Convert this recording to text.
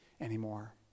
anymore